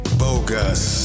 bogus